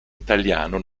italiano